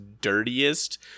dirtiest